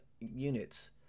units